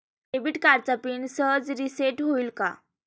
Debit कार्डचा PIN सहज reset होईल का?